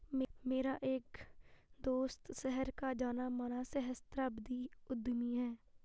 मेरा एक दोस्त शहर का जाना माना सहस्त्राब्दी उद्यमी है